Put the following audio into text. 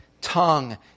tongue